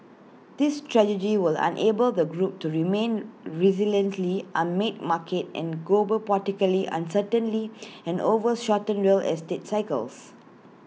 this strategy will enable the group to remain resiliently amid market and geopolitical uncertainly and over shortened real estate cycles